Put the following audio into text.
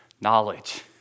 knowledge